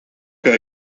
que